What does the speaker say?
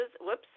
whoops